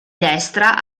destra